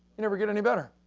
you never get any better.